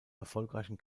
erfolgreichen